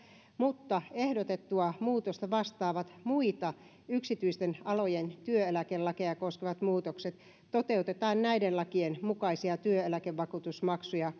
mutta ehdotettua muutosta vastaavat muita yksityisten alojen työeläkelakeja koskevat muutokset toteutetaan näiden lakien mukaisia työeläkevakuutusmaksuja